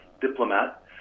diplomat